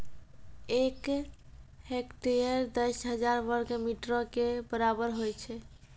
एक हेक्टेयर, दस हजार वर्ग मीटरो के बराबर होय छै